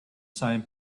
same